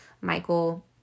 Michael